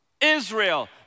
Israel